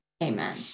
amen